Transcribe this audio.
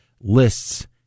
lists